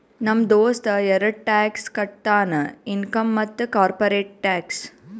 ನಮ್ ದೋಸ್ತ ಎರಡ ಟ್ಯಾಕ್ಸ್ ಕಟ್ತಾನ್ ಇನ್ಕಮ್ ಮತ್ತ ಕಾರ್ಪೊರೇಟ್ ಟ್ಯಾಕ್ಸ್